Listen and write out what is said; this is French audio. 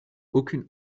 aucune